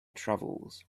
travels